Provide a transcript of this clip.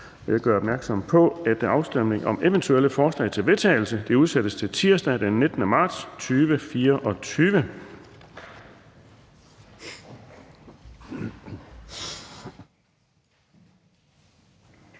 Jeg gør opmærksom på, at afstemningen om eventuelle forslag til vedtagelse udsættes til tirsdag den 19. marts 2024.